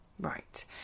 Right